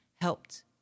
helped